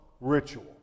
ritual